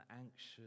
anxious